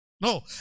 No